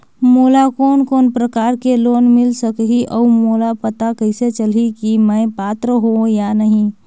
मोला कोन कोन प्रकार के लोन मिल सकही और मोला पता कइसे चलही की मैं पात्र हों या नहीं?